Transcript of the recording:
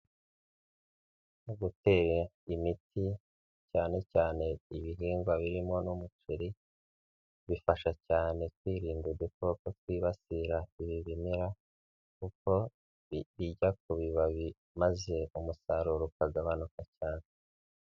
Mu gutera imiti cyane cyane ibihingwa birimo n'umuceri bifasha cyane kwirinda udukoko twibasira ibi bimera kuko ijya ku bibabi maze umusaruro ukagabanuka cyane.